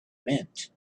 meant